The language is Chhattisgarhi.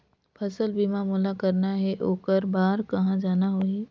फसल बीमा मोला करना हे ओकर बार कहा जाना होही?